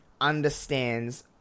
understands